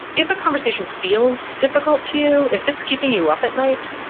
if a conversation feels difficult to you, if it's keeping you up at night,